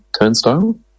turnstile